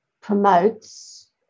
promotes